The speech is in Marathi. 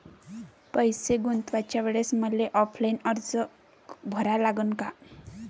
पैसे गुंतवाच्या वेळेसं मले ऑफलाईन अर्ज भरा लागन का?